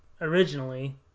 Originally